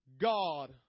God